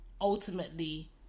ultimately